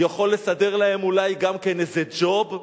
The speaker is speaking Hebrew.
יכול לסדר להם אולי גם כן איזה ג'וב,